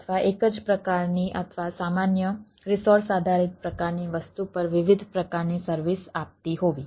અથવા એક જ પ્રકારની અથવા સામાન્ય રિસોર્સ આધારિત પ્રકારની વસ્તુ પર વિવિધ પ્રકારની સર્વિસ આપતી હોવી